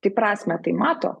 tai prasmę tai mato